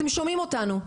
אתם שומעים אותנו,